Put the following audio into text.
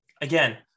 Again